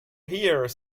here